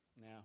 Now